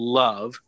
love